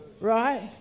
right